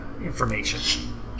information